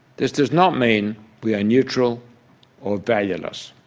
this does not mean we are neutral or valueless.